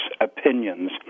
opinions